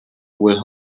will